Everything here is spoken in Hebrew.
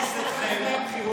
איזה דאגה כנה.